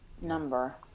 number